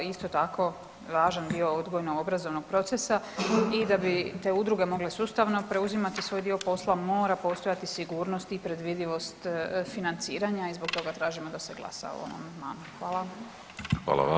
Isto tako, važan dio odgojno-obrazovnog procesa i da bi te udruge mogle sustavno preuzimati svoj dio posla, mora postojati sigurnost i predvidivost financiranja i zbog toga tražimo da se glasa o ovom amandmanu.